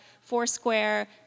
Foursquare